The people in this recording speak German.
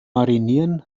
marinieren